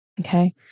Okay